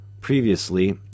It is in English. Previously